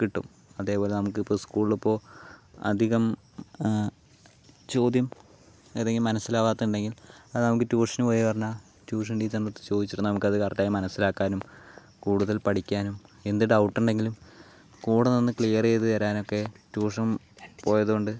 കിട്ടും അതേപോലെ നമുക്കിപ്പോൾ സ്കൂളിൽ ഇപ്പോൾ അധികം ചോദ്യം ഏതെങ്കിലും മനസ്സിലാകാത്ത ഉണ്ടെങ്കിൽ അത് നമുക്ക് ട്യൂഷന് പോയി പറഞ്ഞ ട്യൂഷൻ ടീച്ചറിൻ്റെ അടുത്ത് ചോദിച്ചിട്ട് നമുക്കത് കറക്റ്റ് ആയി മനസ്സിലാക്കാനും കൂടുതൽ പഠിക്കാനും എന്ത് ഡൗട്ട് ഉണ്ടെങ്കിലും കൂടെ നിന്ന് ക്ലിയർ ചെയ്തു തരാനും ഒക്കെ ട്യൂഷൻ പോയതുകൊണ്ട്